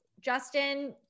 Justin